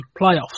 playoffs